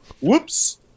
Whoops